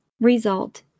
result